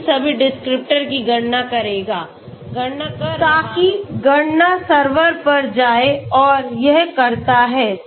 तो यह इन सभी डिस्क्रिप्टर की गणना करेगा गणना कर रहा है ताकि गणना सर्वर पर जाए और यह करता है